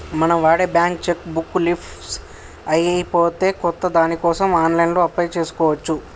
మనం వాడే bank cheque book leafs అయిపోతే కొత్త దానికోసం ఆన్లైన్లో అప్లై చేసుకోవచ్చు